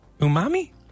Umami